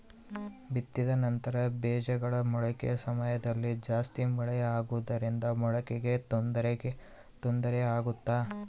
ಬಿತ್ತಿದ ನಂತರ ಬೇಜಗಳ ಮೊಳಕೆ ಸಮಯದಲ್ಲಿ ಜಾಸ್ತಿ ಮಳೆ ಆಗುವುದರಿಂದ ಮೊಳಕೆಗೆ ತೊಂದರೆ ಆಗುತ್ತಾ?